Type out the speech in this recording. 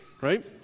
Right